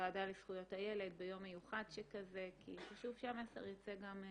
הוועדה לזכויות הילד ביום מיוחד שכזה כי חשוב שהמסר ייצא גם מכאן.